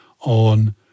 on